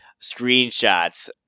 screenshots